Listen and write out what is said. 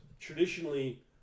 traditionally